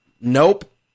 Nope